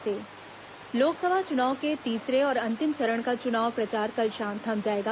तीसरा चरण तैयारी लोकसभा चुनाव के तीसरे और अंतिम चरण का चुनाव प्रचार कल शाम थम जाएगा